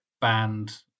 band